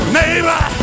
neighbor